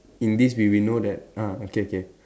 in this we we know that ah okay okay